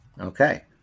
Okay